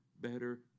better